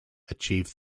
achieved